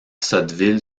sotteville